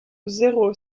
zéro